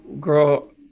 girl